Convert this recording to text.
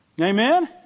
Amen